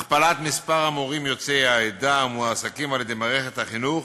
הכפלת מספר המורים יוצאי העדה המועסקים על-ידי מערכת החינוך,